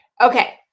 Okay